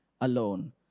alone